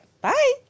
Bye